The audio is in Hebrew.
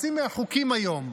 חצי מהחוקים היום,